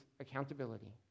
accountability